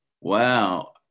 wow